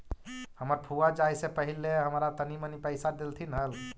हमर फुआ जाए से पहिले हमरा तनी मनी पइसा डेलथीन हल